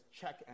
check